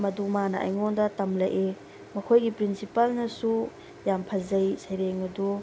ꯃꯗꯨ ꯃꯥꯅ ꯑꯩꯉꯣꯟꯗ ꯇꯝꯂꯛꯑꯩ ꯃꯈꯣꯏꯒꯤ ꯄ꯭ꯔꯤꯟꯁꯤꯄꯥꯜꯅꯁꯨ ꯌꯥꯝ ꯐꯖꯩ ꯁꯩꯔꯦꯡ ꯑꯗꯨ